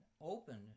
opened